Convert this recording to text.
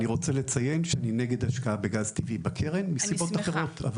אני רוצה לציין שאני נגד השקעה בגז טבעי בקרן מסיבות אחרות.